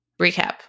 recap